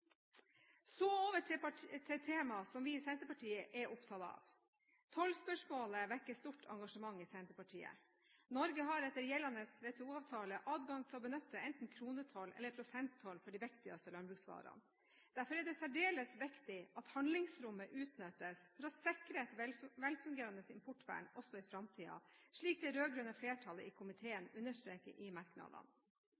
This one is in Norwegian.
Så over til temaet som vi i Senterpartiet er opptatt av: Tollspørsmålet vekker stort engasjement i Senterpartiet. Norge har etter gjeldende WTO-avtale adgang til å benytte enten kronetoll eller prosenttoll for de viktigste landbruksvarene. Derfor er det særdeles viktig at handlingsrommet utnyttes for å sikre et velfungerende importvern også i framtiden, slik det rød-grønne flertallet i komiteen